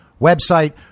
website